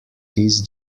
his